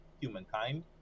humankind